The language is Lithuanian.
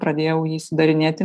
pradėjau jį darinėti